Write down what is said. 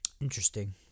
Interesting